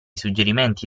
suggerimenti